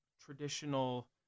traditional